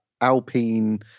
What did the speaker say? Alpine